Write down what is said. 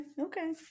Okay